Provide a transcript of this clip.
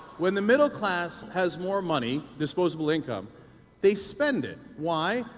when the middle class has more money, disposable income they spend it. why?